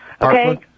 Okay